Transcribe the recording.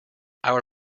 our